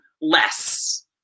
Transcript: less